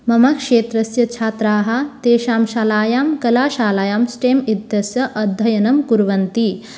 मम क्षेत्रस्य छात्राः तेषां शालायां कलाशालायां स्टेम् इत्यस्य अध्ययनं कुर्वन्ति